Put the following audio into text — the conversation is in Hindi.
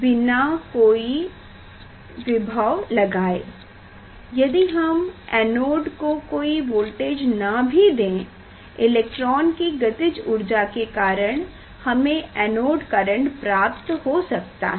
बिना कोई विभव लगाए यदि हम एनोड को कोई वोल्टेज न भी दें इलेक्ट्रॉन की गतिज ऊर्जा के कारण हमें एनोड करेंट प्राप्त हो सकता है